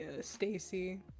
Stacy